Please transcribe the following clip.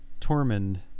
Tormund